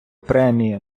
премії